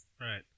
Right